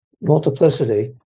multiplicity